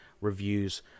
reviews